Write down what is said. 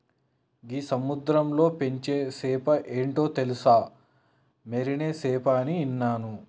గీ సముద్రంలో పెంచే సేప ఏంటో తెలుసా, మరినే సేప అని ఇన్నాను